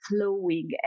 flowing